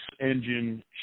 engine